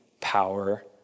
power